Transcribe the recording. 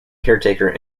caretaker